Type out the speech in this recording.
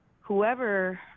Whoever